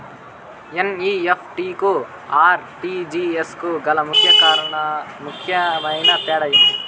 NEFT కు RTGS కు గల ముఖ్యమైన తేడా ఏమి?